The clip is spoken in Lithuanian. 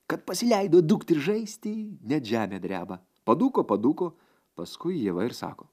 kad pasileido dūkt ir žaisti net žemė dreba padūko padūko paskui ieva ir sako